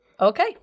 Okay